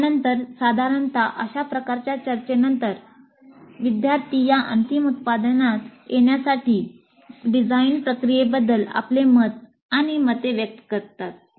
या नंतर साधारणत अशा प्रकारच्या चर्चेनंतर विद्यार्थी या अंतिम उत्पादनात येण्यासाठी डिझाइन प्रक्रियेबद्दल आपले मत आणि मते व्यक्त करतात